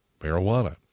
marijuana